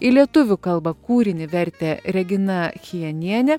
į lietuvių kalbą kūrinį vertė regina chijenienė